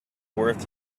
worth